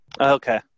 Okay